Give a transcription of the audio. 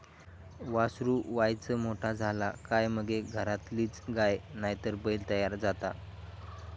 वासरू वायच मोठा झाला काय मगे घरातलीच गाय नायतर बैल तयार जाता